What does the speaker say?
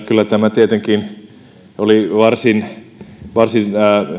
kyllä tämä tietenkin oli varsin varsin